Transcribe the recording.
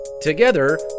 Together